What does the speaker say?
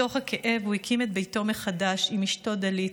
מתוך הכאב הוא הקים את ביתו מחדש עם אשתו דלית,